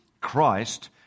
Christ